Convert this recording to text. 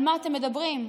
על מה אתם מדברים?